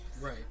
Right